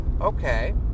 Okay